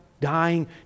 dying